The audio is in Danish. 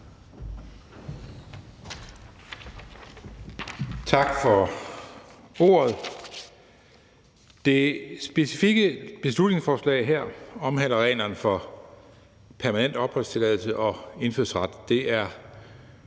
Tak for ordet. Det specifikke beslutningsforslag her omhandler reglerne for permanent opholdstilladelse og indfødsret. Det er